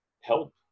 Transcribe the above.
help